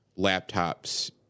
laptops